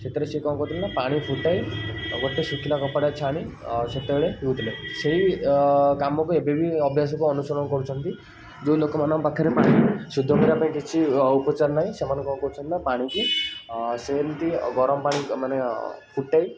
ସେଥିରେ ସେ କ'ଣ କରୁଥିଲେ ନା ପାଣି ଫୁଟାଇ ଗୋଟେ ଶୁଖିଲା କପଡ଼ାରେ ଛାଣି ସେତେବେଳେ ପିଉଥିଲେ ସେଇ କାମକୁ ଏବେବି ଅଭ୍ୟାସକୁ ଅନୁକରଣ କରୁଛନ୍ତି ଯେଉଁ ଲୋକଙ୍କମାନଙ୍କ ପାଖରେ ପାଣି ଶୁଦ୍ଧ କରିବା ପାଇଁ କିଛି ଉପଚାର ନାହିଁ ସେମାନେ କ'ଣ କରୁଛନ୍ତି ନା ପାଣିକି ସେମିତି ଗରମପାଣି ମାନେ ଫୁଟେଇ